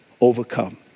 overcome